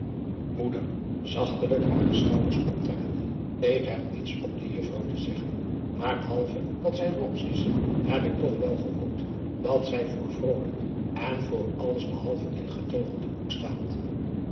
ik heb niets op die juffrouw te zeggen maar behalve dat zij roomsch is heb ik toch wel gehoord dat zij voor vrolijk adriaan loosjes pzn het leven van hillegonda buisman en voor alles behalve ingetogen te boek staat